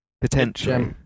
Potentially